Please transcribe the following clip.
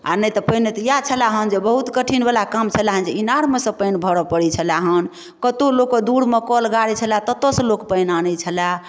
आ नहि तऽ पहिने तऽ इएह छलै हन जे बहुत कठिन बला काम छलै हन जे ईनारमेसँ पानि भरऽ पड़ैत छलै हन कतहुँ लोक कऽ दूरमे कल गारै छलै ततऽसँ लोक पानि आनै छलै